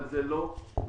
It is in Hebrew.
אבל זה לא מספיק.